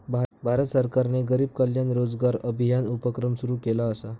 भारत सरकारने गरीब कल्याण रोजगार अभियान उपक्रम सुरू केला असा